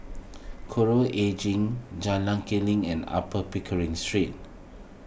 Coral Edging Jalan Kilang and Upper Pickering Street